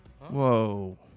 Whoa